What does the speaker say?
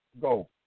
go